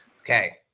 Okay